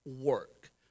work